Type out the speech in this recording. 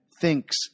thinks